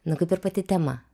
nu kaip ir pati tema